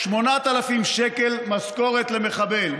8,000 שקל משכורת למחבל,